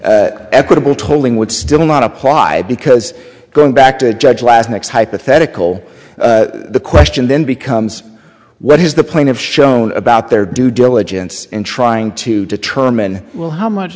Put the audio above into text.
equitable tolling would still not apply because going back to judge last next hypothetical the question then becomes what is the point of shown about their due diligence in trying to determine how much